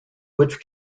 which